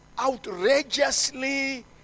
Outrageously